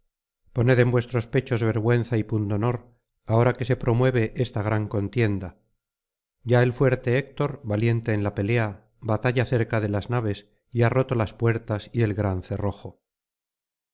poned en vuestros pechos vergüenza y pundonor ahora que se promueve esta gran contienda ya el fuerte héctor valiente en la pelea batalla cerca de las naves y ha roto las puertas y el gran cerrojo